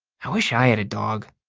i wish i had a dog,